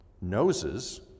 Noses